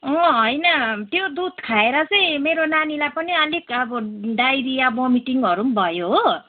अँ होइन त्यो दुध खाएर चाहिँ मेरो नानीलाई पनि अलिक अब डाइरिया भमिटिङहरू पनि भयो हो